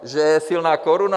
Že je silná koruna?